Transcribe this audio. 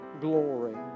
glory